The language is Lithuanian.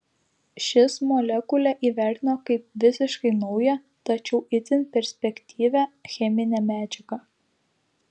šis molekulę įvertino kaip visiškai naują tačiau itin perspektyvią cheminę medžiagą